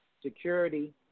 security